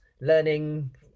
learning